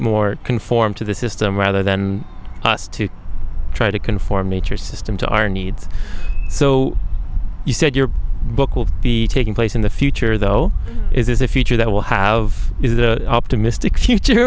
more conform to the system rather than us to try to conform nature system to our needs so you said your book will be taking place in the future though is this a future that will have is the optimistic future